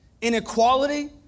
Inequality